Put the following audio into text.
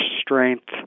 strength